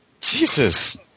Jesus